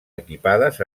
equipades